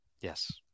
Yes